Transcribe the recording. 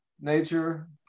nature